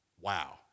Wow